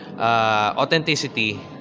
authenticity